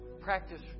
practice